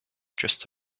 just